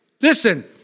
Listen